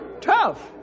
Tough